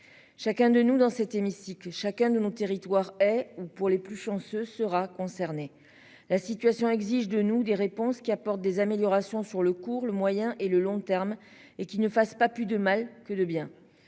Chacun de nous dans cet hémicycle, chacun de nos territoires et ou pour les plus chanceux sera concernée. La situation exige de nous. Des réponses qui apporte des améliorations sur le court, le moyen et le long terme et qui ne fassent pas plus de mal que de bien.